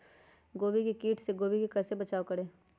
गोभी के किट से गोभी का कैसे बचाव करें?